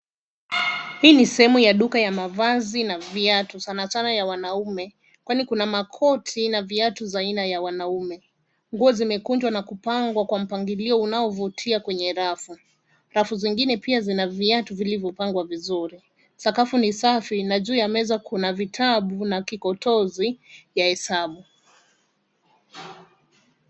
Hii ni sehemu ya duka ya mavazi na viatu sana sana ya wanaume. Kwani kuna makoti na viatu za aina ya wanaume. Nguo zimekunjwa na kupangwa kwa mpangilio unaovutia kwenye rafu. Rafu zingine pia zina viatu vilivyopangwa vizuri. Sakafu ni safi, na juu ya meza kuna vitabu na kikotozi ya hesabu.